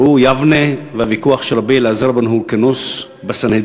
ראו יבנה והוויכוח של רבי אליעזר בן הורקנוס בסנהדרין